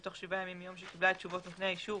בתוך 7 ימים מיום שקיבלה את תשובות נותני האישור